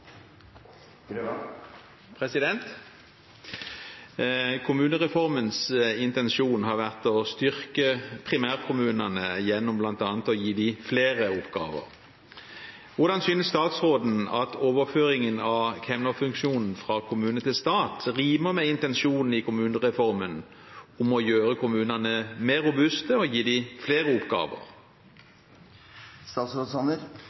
Kommunereformens intensjon har vært å styrke primærkommunene gjennom bl.a. å gi dem flere oppgaver. Hvordan synes statsråden at overføringen av kemnerfunksjonen fra kommune til stat rimer med intensjonen i kommunereformen om å gjøre kommunene mer robuste og gi dem flere oppgaver?